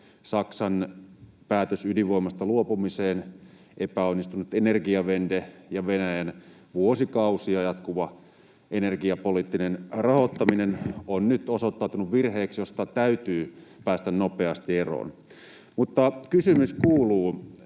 Saksan päätös ydinvoimasta luopumiseen, epäonnistunut energiewende ja Venäjän vuosikausia jatkunut energiapoliittinen rahoittaminen on nyt osoittautunut virheeksi, josta täytyy päästä nopeasti eroon. Mutta kysymys kuuluu: